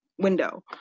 window